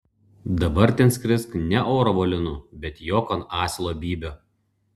dabar ten skrisk ne oro balionu bet jok ant asilo bybio